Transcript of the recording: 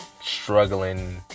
struggling